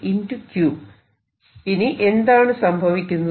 ഇനി എന്താണ് സംഭവിക്കുന്നത്